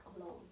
alone